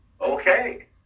Okay